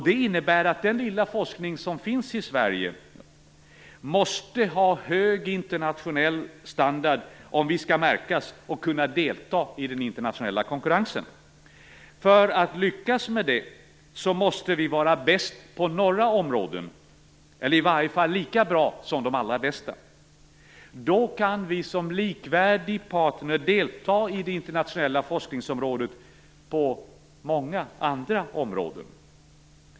Det innebär att den lilla forskning som finns i Sverige måste ha hög internationell standard om vi skall märkas och kunna delta i den internationella konkurrensen. För att lyckas med det måste vi vara bäst, eller i varje fall lika bra som de allra bästa, på några områden. Då kan vi som likvärdig partner delta i den internationella forskningen på många andra områden.